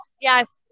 yes